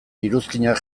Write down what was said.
iruzkinak